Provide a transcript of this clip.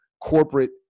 corporate